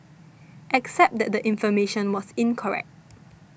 except that the information was incorrect